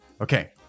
Okay